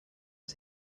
are